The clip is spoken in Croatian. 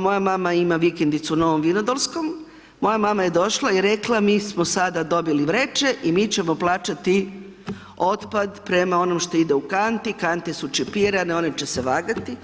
moja mama ima vikendicu u Novom Vinodolskom, moja mama je došla i rekla mi smo sada dobili vreće i mi ćemo plaćati otpad prema onom što ide u kanti, kante su čipirane, one će vagati.